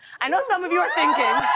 i know some of you are thinking.